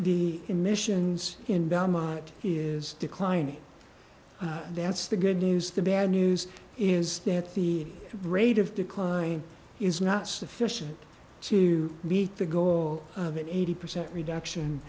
the emissions in belmont is declining that's the good news the bad news is that the rate of decline is not sufficient to meet the goal of eighty percent reduction